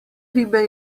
ribe